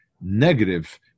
negative